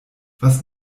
was